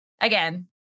Again